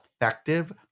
effective